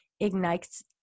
ignites